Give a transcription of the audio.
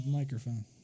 microphone